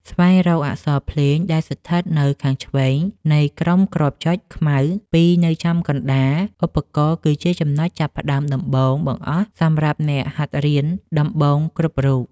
ស្វែងរកអក្សរភ្លេងដែលស្ថិតនៅខាងឆ្វេងនៃក្រុមគ្រាប់ចុចខ្មៅពីរនៅចំកណ្តាលឧបករណ៍គឺជាចំណុចចាប់ផ្តើមដំបូងបង្អស់សម្រាប់អ្នកហាត់រៀនដំបូងគ្រប់រូប។